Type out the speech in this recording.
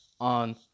on